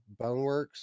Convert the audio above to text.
BoneWorks